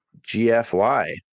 gfy